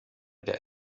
der